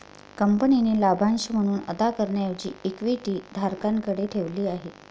कंपनीने लाभांश म्हणून अदा करण्याऐवजी इक्विटी धारकांकडे ठेवली आहे